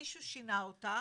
מישהו שינה אותה,